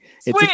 Sweet